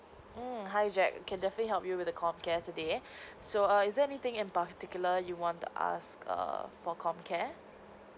mm hi jack can definitely help you with the comcare today so err is there anything in particular you want to ask err for comcare